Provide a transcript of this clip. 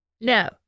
No